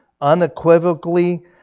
unequivocally